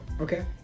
okay